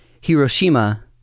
Hiroshima